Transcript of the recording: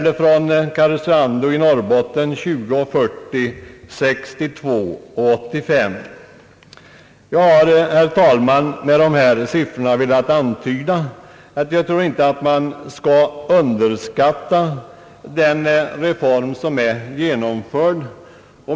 och för Karesuando i Norrbotten 20:40 kr. respektive 62: 85 kr. Jag har, herr talman, med dessa siff ror velat antyda att jag tror att man inte skall underskatta den reform som är genomförd.